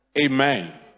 amen